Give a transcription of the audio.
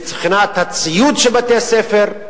מבחינת הציוד של בתי-הספר,